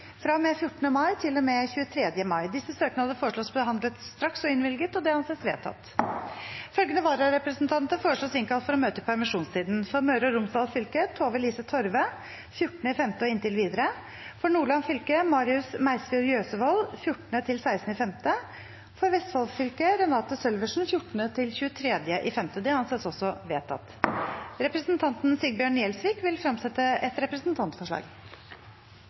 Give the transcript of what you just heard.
med 14. mai til og med 23. mai Etter forslag fra presidenten ble enstemmig besluttet: Søknadene behandles straks og innvilges. Følgende vararepresentanter innkalles for å møte i permisjonstiden: For Møre og Romsdal fylke: Tove-Lise Torve 14. mai og inntil videre For Nordland fylke: Marius Meisfjord Jøsevold 14.–16. mai For Vestfold fylke: Renate Sølversen 14.–23. mai Representanten Sigbjørn Gjelsvik vil fremsette et representantforslag.